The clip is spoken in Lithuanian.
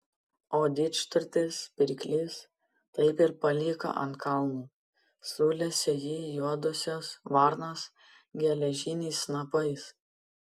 o didžturtis pirklys taip ir paliko ant kalno sulesė jį juodosios varnos geležiniais snapais